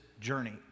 journey